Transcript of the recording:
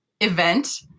event